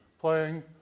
playing